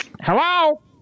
Hello